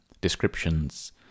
descriptions